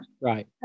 Right